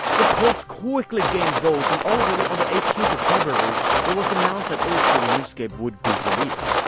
the polls quickly gained votes, and already on the eighteenth of february it was announced that oldschool runescape would be released.